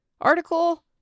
article